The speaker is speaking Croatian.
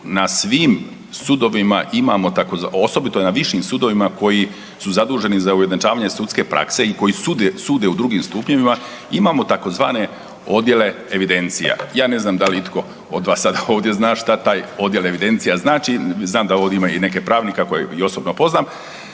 na svim sudovima imamo tzv., osobito na višim sudovima koji su zaduženi za ujednačavanje sudske prakse i koji sude u drugim stupnjevima imamo tzv. odjele evidencija. Ja ne znam da li itko od vas sada ovdje zna šta taj odjel evidencija znači, znam da ovdje i nekih pravnika koje i osobno poznam,